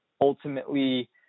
ultimately